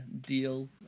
deal